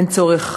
אין צורך